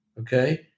okay